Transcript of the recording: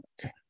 Okay